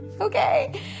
okay